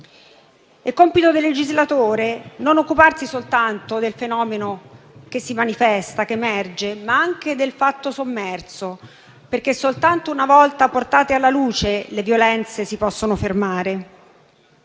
È compito delle legislatore occuparsi non soltanto del fenomeno che si manifesta ed emerge, ma anche del fatto sommerso perché, soltanto una volta portate alla luce, le violenze si possono fermare.